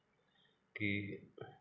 कि